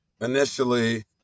Initially